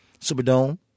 Superdome